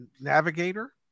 Navigator